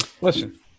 listen